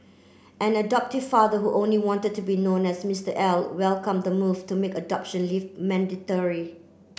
an adoptive father who only wanted to be known as Mr L welcomed the move to make adoption leave mandatory